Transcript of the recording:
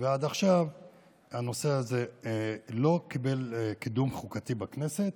ועד עכשיו הנושא הזה לא קיבל קידום חוקתי בכנסת.